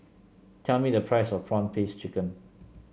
tell me the price of prawn paste chicken